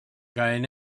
going